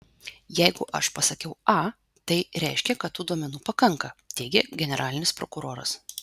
jeigu aš pasakiau a tai reiškia kad tų duomenų pakanka teigė generalinis prokuroras